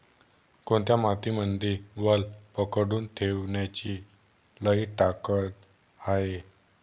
कोनत्या मातीमंदी वल पकडून ठेवण्याची लई ताकद हाये?